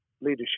leadership